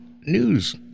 news